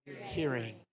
hearing